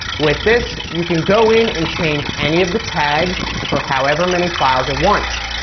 with this, you can go in and change any of the tags for however many files at once.